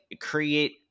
create